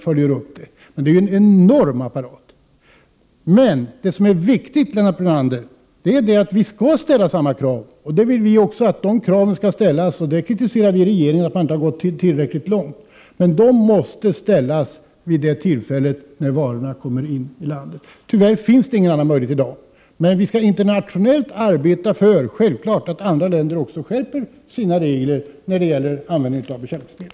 Men det skulle vara en enorm apparat. Det viktiga, Lennart Brunander, är att vårt land ställer samma krav på importerade som på inhemska produkter. Vi har kritiserat regeringen för att den i det avseendet inte gått tillräckligt långt. Att kraven uppfylls måste kontrolleras när varorna kommer in i vårt land. Tyvärr har vi i dag ingen annan möjlighet att kontrollera att reglerna följs. Men vi skall naturligtvis internationellt arbeta för att andra länder skärper sina regler för användningen av bekämpningsmedel.